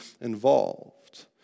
involved